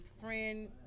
friend